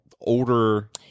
Older